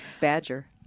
Badger